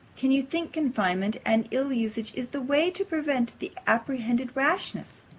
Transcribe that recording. can you think confinement and ill usage is the way to prevent the apprehended rashness?